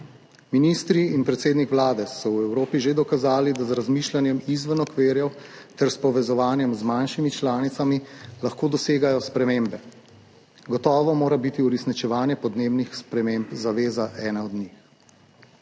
Ministri in predsednik Vlade so v Evropi že dokazali, da z razmišljanjem izven okvirjev ter s povezovanjem z manjšimi članicami lahko dosegajo spremembe. Gotovo mora biti uresničevanje podnebnih sprememb zaveza ene od njih.